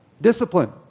Discipline